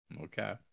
Okay